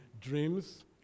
dreams